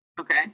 okay